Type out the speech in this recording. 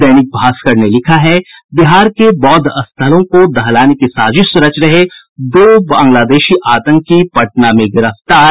दैनिक भास्कर ने लिखा है बिहार के बौद्ध स्थलों को दहलाने की साजिश रच रहे दो बांग्लादेशी आतंकी पटना में गिरफ्तार